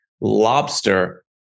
lobster